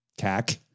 CAC